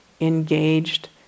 engaged